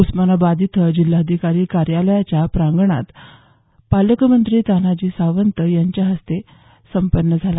उस्मानाबाद इथं जिल्हाधिकारी कार्यालयाच्या प्रांगणात पालकमंत्री तानाजी सावंत यांच्या हस्ते संपन्न झाला